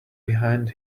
behind